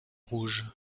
rouges